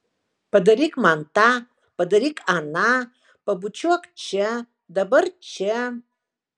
padaryk man tą padaryk aną pabučiuok čia dabar čia